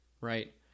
right